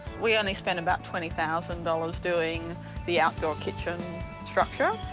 we only spent about twenty thousand dollars doing the outdoor kitchen structure,